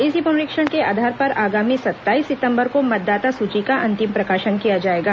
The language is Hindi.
इसी पुनरीक्षण के आधार पर आगामी सत्ताईस सितंबर को मतदाता सूची का अंतिम प्रकाशन किया जाएगा